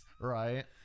Right